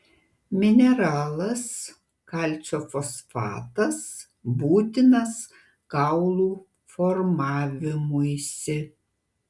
mineralas kalcio fosfatas būtinas kaulų formavimuisi